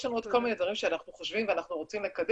יש לנו עוד כל מיני דברים שאנחנו חושבים ואנחנו רוצים לקדם,